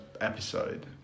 episode